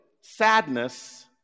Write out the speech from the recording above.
sadness